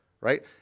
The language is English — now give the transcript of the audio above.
right